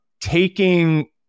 taking